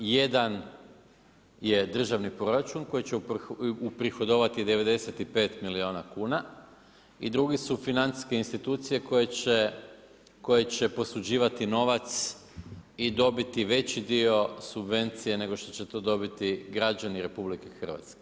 Jedan je državni proračun koji će uprihodovati 95 milijuna kuna i druge su financijske institucije koje će posuđivati novac i dobiti veći dio subvencije nego što će to dobiti građani RH.